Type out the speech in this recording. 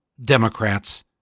Democrats